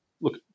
look